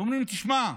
אומרים לי: תשמע,